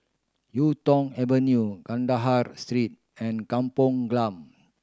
Yuk Tong Avenue Kandahar Street and Kampong Glam